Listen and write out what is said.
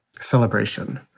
celebration